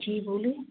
जी बोलिए